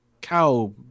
cow